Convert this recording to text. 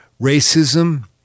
Racism